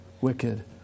wicked